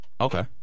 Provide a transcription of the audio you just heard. Okay